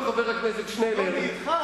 לא, אני אתך.